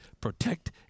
protect